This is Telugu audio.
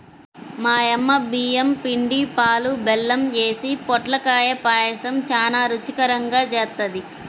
మా యమ్మ బియ్యం పిండి, పాలు, బెల్లం యేసి పొట్లకాయ పాయసం చానా రుచికరంగా జేత్తది